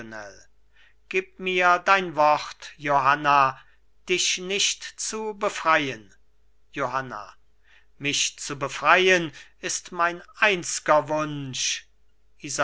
gib mir dein wort johanna dich nicht zu befreien johanna mich zu befreien ist mein einzger wunsch